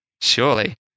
surely